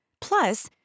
Plus